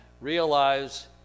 realize